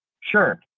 Sure